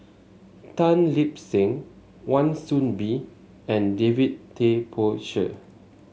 Tan Lip Seng Wan Soon Bee and David Tay Poey Cher